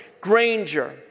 Granger